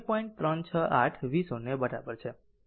368 v 0 બરાબર છે